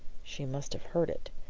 she must have heard it.